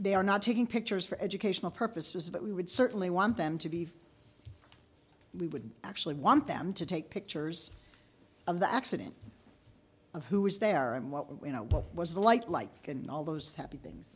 they are not taking pictures for educational purposes but we would certainly want them to be we would actually want them to take pictures of the accident of who was there and what were you know what was the light like and all those happy things